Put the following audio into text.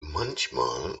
manchmal